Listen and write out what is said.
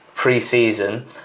pre-season